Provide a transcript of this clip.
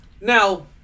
Now